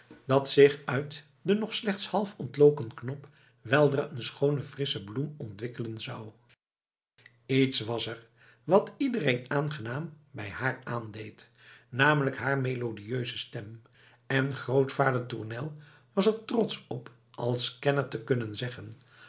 dat zich uit de nog slechts half ontloken knop weldra een schoone frissche bloem ontwikkelen zou iets was er wat iedereen aangenaam bij haar aandeed namelijk haar melodieuse stem en grootvader tournel was er trotsch op als kenner te kunnen zeggen